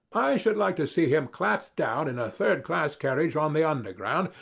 i should like to see him clapped down in a third class carriage on the underground,